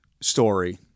story